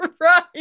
right